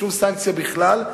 שום סנקציה בכלל,